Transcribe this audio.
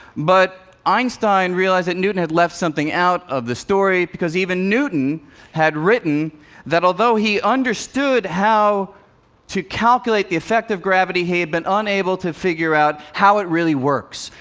but einstein realized that newton had left something out of the story, because even newton had written that although he understood how to calculate the effect of gravity, he'd been unable to figure out how it really works.